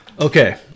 okay